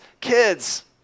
kids